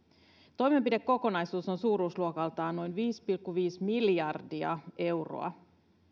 toimenpidekokonaisuus on suuruusluokaltaan noin viisi pilkku viisi miljardia euroa